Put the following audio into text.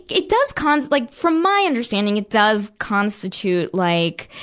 it does cause, like, from my understanding, it does constitute, like,